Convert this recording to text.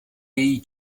její